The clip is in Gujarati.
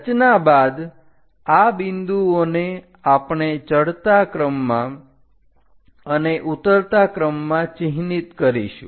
રચના બાદ આ બિંદુઓને આપણે ચડતા ક્રમમાં અને ઉતરતા ક્રમમાં ચિહ્નિત કરીશું